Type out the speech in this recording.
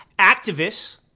activists